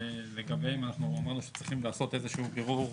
שלגביהן אנחנו אמרנו שאנחנו צריכים איזשהו בירור נוסף,